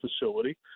facility